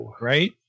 right